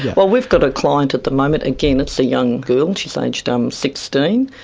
well we've got a client at the moment, again it's a young girl she's aged um sixteen.